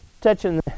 touching